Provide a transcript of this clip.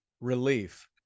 relief